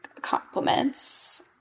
compliments